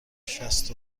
شصت